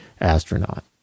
astronaut